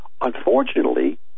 Unfortunately